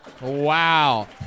Wow